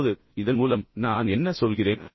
இப்போது இதன் மூலம் நான் என்ன சொல்கிறேன்